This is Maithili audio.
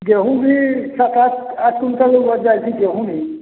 गेंहू भी सात आठ क्विंटल उपजाबए छिकै गेंहूँ